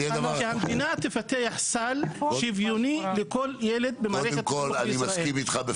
שהמדינה תפתח סל שוויוני לכל ילד במערכת החינוך בישראל,